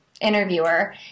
interviewer